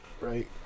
Right